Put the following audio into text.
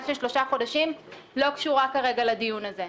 לשלושה חודשים שלא קשורה כרגע לדיון הזה.